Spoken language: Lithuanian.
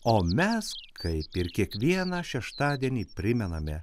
o mes kaip ir kiekvieną šeštadienį primename